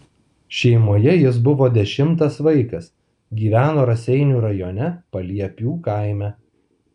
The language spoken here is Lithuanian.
šeimoje jis buvo dešimtas vaikas gyveno raseinių rajone paliepių kaime